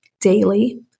daily